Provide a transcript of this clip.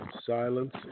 Silence